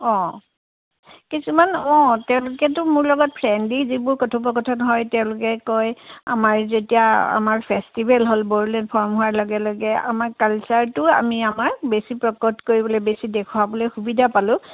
অ কিছুমান অ তেওঁলোকে কিন্তু মোৰ লগত ফ্ৰেণ্ডলি যিবোৰ কথোপকথন হয় তেওঁলোকে কয় আমাৰ যেতিয়া আমাৰ ফেষ্টিভেল হ'ল বড়োলেণ্ড ফৰ্ম হোৱাৰ লগে লগে আমাৰ কালচাৰটো আমি আমাৰ বেছি প্ৰকট কৰিবলৈ বেছি দেখুৱাবলৈ সুবিধা পালোঁ